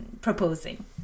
proposing